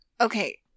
Okay